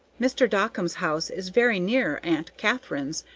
mr. dockum's house is very near aunt katharine's,